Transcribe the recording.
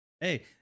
Hey